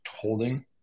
holding